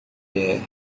mulher